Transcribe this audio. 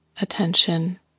Attention